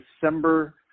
December